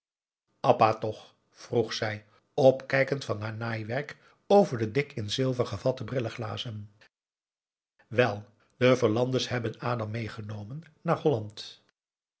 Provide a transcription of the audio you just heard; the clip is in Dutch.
toch vroeg zij opkijkend van haar naaiwerk over de dik in zilver gevatte brilleglazen wel de verlandes hebben adam meegenomen naar holland